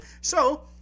So-